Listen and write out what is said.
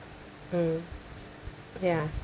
mm ya